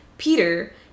Peter